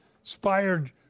inspired